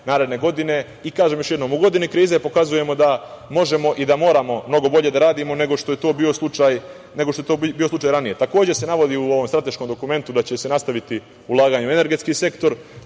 naredne godine. Kažem još jednom, u godini krize pokazujemo da možemo i da moramo mnogo bolje da radimo nego što je to bio slučaj ranije. Takođe se navodi u ovom strateškom dokumentu da će se nastaviti ulaganje u energetski sektor,